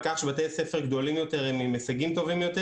כך שבתי ספר גדולים יותר הם עם הישגים טובים יותר.